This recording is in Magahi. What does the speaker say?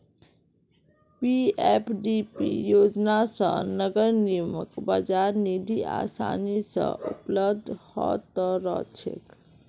पीएफडीपी योजना स नगर निगमक बाजार निधि आसानी स उपलब्ध ह त रह छेक